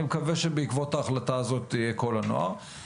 אני מקווה שבעקבות ההחלטה הזאת זה יהיה כל הנוער,